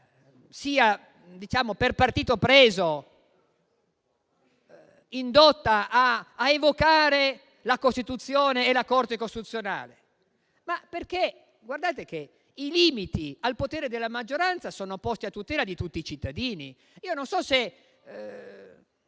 sia per partito preso indotta ad evocare la Costituzione e la Corte costituzionale. Guardate che i limiti al potere della maggioranza sono posti a tutela di tutti i cittadini. Non so se